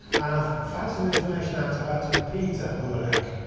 and i've found some information out about a peter hurech.